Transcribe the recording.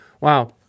Wow